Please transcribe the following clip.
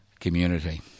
Community